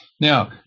Now